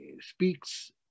speaks